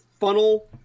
funnel